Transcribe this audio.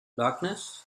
darkness